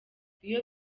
iyo